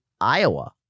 Iowa